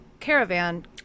Caravan